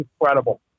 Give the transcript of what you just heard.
incredible